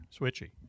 Switchy